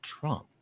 Trump